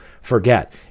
forget